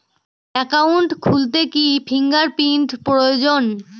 Account খুলতে কি fingerprint প্রয়োজন?